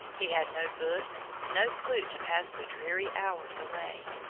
he had no books, no flute to pass the dreary hours away.